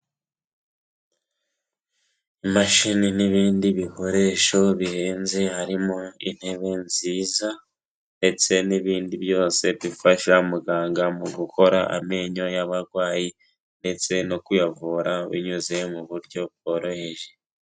Imashini n'ibindi bikoresho bihenze, harimo intebe nziza ndetse n'ibindi byose bifasha muganga mu gukora amenyo y'abarwayi ndetse no kuyavura binyuze mu buryo bworoheje.